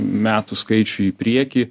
metų skaičiui į priekį